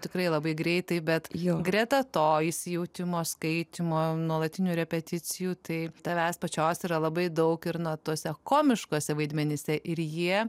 tikrai labai greitai bet jo greta to įsijautimo skaitymo nuolatinių repeticijų tai tavęs pačios yra labai daug ir na tuose komiškuose vaidmenyse ir jie